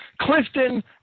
Clifton